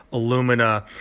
alumina,